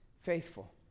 faithful